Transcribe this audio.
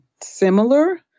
similar